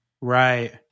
Right